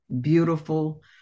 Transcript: Beautiful